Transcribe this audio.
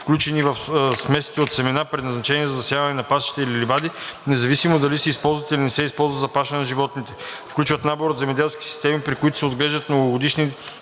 включени в смесите от семена, предназначени за засяване на пасища или ливади, независимо дали се използват, или не се използват за паша на животните. Включват набор от земеделски системи, при които се отглеждат многогодишни